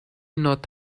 not